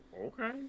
Okay